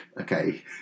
okay